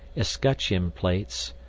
escutcheon plates,